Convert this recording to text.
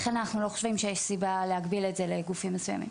לכן אנחנו לא חושבים שיש סיבה להגביל את זה לגופים מסוימים.